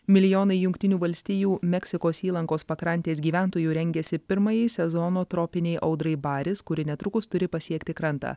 milijonai jungtinių valstijų meksikos įlankos pakrantės gyventojų rengiasi pirmajai sezono tropinei audrai baris kuri netrukus turi pasiekti krantą